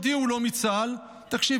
הודיעו לו מצה"ל: תקשיב,